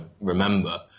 remember